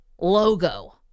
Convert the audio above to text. logo